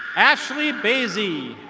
ashley baisey.